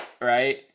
right